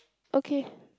okay